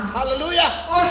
Hallelujah